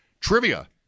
Trivia